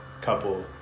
couple